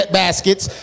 baskets